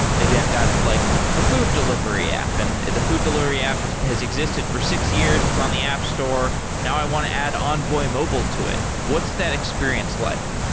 maybe i've got like a food delivery app, and the food delivery app has has existed for six years. it's on the app store. now i want to add envoy mobile to it. what's that experience like?